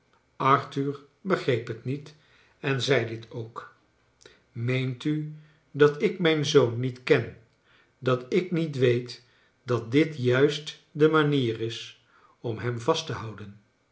arthur begreep het niet en zei dit ook meent u dat ik mijn zoon niet ken dat ik niet weet dat dit juist de manier is om hem vast te houden